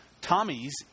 Tommy's